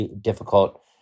difficult